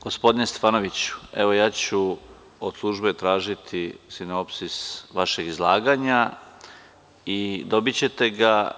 Gospodine Stefanoviću, ja ću od službe tražite sinopsis vašeg izlaganja i dobićete ga.